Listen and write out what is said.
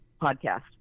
podcast